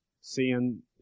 seeing